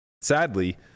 sadly